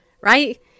right